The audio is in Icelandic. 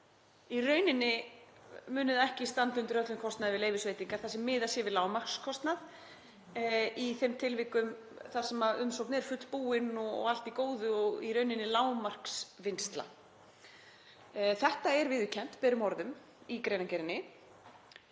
í rauninni muni það ekki standa undir öllum kostnaði við leyfisveitingar þar sem miðað sé við lágmarkskostnað í þeim tilvikum þar sem umsókn er fullbúin og allt í góðu og í rauninni lágmarksvinnsla. Þetta er viðurkennt berum orðum í greinargerðinni,